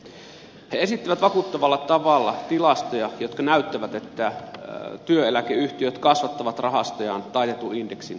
he esittivät vakuuttavalla tavalla tilastoja jotka näyttävät että työeläkeyhtiöt kasvattavat rahastojaan taitetun indeksin kustannuksella